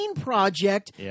project